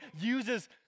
uses